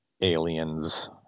aliens